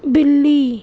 बिल्ली